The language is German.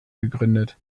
gegründet